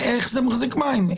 איך זה מחזיק מים?